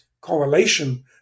correlation